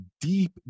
deep